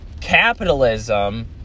Capitalism